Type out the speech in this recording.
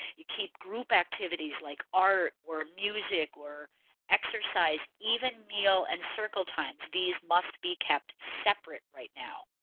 you keep group activities like art or music or exercise even meal and circle times these must be kept separate right now.